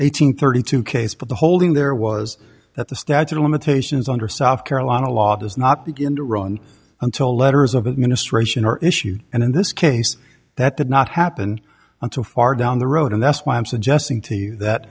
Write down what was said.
eighteen thirty two case but the holding there was that the statute of limitations under south carolina law does not begin to run until letters of administration are issues and in this case that did not happen until far down the road and that's why i'm suggesting to you that